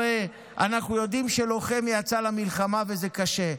הרי אנחנו יודעים שלוחם יצא למלחמה וזה קשה.